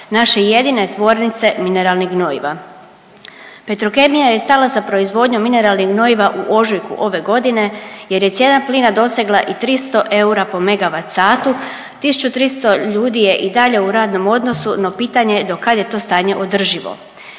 naše jedine tvornice mineralnih gnojiva. Petrokemija je stala sa proizvodnjom mineralnih gnojiva u ožujku ove godine jer je cijena plina dosegla i 300 eura po megavat satu, 1.300 ljudi je i dalje u radnom odnosu no pitanje do kad je to stanje održivo.